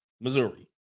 Missouri